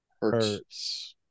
hurts